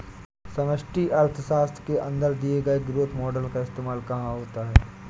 समष्टि अर्थशास्त्र के अंदर दिए गए ग्रोथ मॉडेल का इस्तेमाल कहाँ होता है?